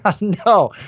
No